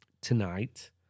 tonight